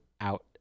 out